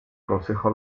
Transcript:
consejo